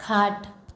खाट